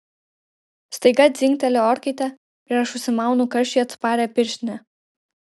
staiga dzingteli orkaitė ir aš užsimaunu karščiui atsparią pirštinę